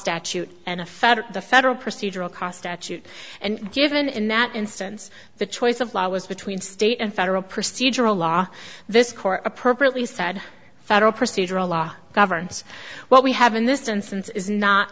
federal the federal procedural cost at shoot and given in that instance the choice of law was between state and federal procedural law this court appropriately said federal procedural law governs what we have in this instance is not